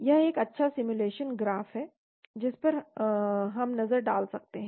यह एक अच्छा सिमुलेशन ग्राफ है जिस पर हम नज़र डाल सकते हैं